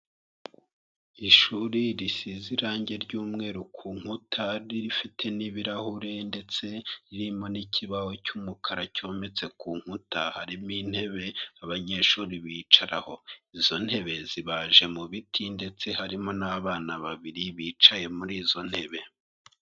Ishuri risize irangi ry'umweru ku nkuta, rifite n'ibirahure ndetse ririmo n'ikibaho cy'umukara cyometse ku nkuta, harimo intebe abanyeshuri bicaraho, izo ntebe zibaje mu biti ndetse harimo n'abana babiri bicaye muri izo ntebe.